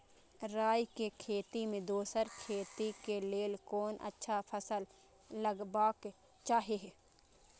राय के खेती मे दोसर खेती के लेल कोन अच्छा फसल लगवाक चाहिँ?